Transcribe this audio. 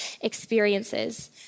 experiences